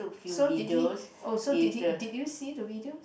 so did he oh so did he did you see the videos